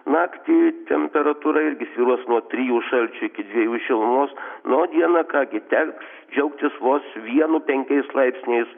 naktį temperatūra irgi svyruos nuo trijų šalčio iki dviejų šilumos na o dieną ką gi teks džiaugtis vos vienu penkiais laipsniais